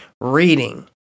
reading